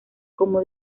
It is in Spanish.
como